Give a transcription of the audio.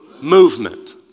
movement